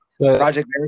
project